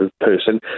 person